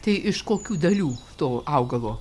tai iš kokių dalių to augalo